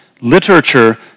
literature